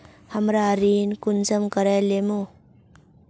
हमरा ऋण कुंसम करे लेमु?